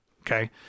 okay